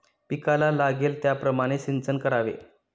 पिकाला लागेल त्याप्रमाणे सिंचन करावे